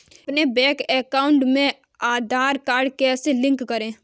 अपने bank account में Aadhaar card कैसे लिंक करें?